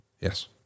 Yes